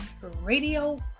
Radio